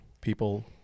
people